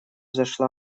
зашла